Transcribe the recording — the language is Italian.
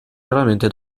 raramente